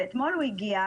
ואתמול הוא הגיע,